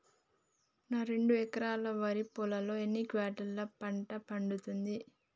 నా రెండు ఎకరాల వరి పొలంలో ఎన్ని క్వింటాలా పంట పండుతది?